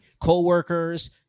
co-workers